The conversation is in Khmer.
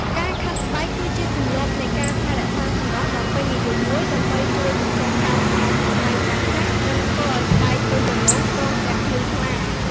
ការខាត់ស្បែកគឺជាទម្លាប់នៃការថែរក្សាសម្រស់ដ៏ពេញនិយមមួយ ដើម្បីជួយកម្ចាត់កោសិកាស្បែកចាស់ៗ និងធ្វើឱ្យស្បែកទន់រលោង ព្រមទាំងភ្លឺថ្លា។